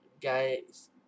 guys